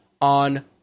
on